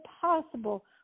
possible